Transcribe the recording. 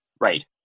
Right